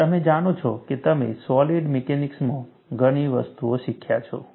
અને તમે જાણો છો કે તમે સોલિડ મિકેનિક્સમાં ઘણી વસ્તુઓ શીખ્યા છો